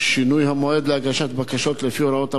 שינוי המועד להגשת בקשות לפי הוראות המעבר)